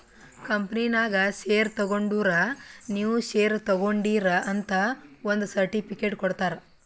ಕಂಪನಿನಾಗ್ ಶೇರ್ ತಗೊಂಡುರ್ ನೀವೂ ಶೇರ್ ತಗೊಂಡೀರ್ ಅಂತ್ ಒಂದ್ ಸರ್ಟಿಫಿಕೇಟ್ ಕೊಡ್ತಾರ್